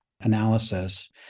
analysis